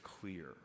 clear